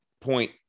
Point